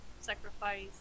sacrifice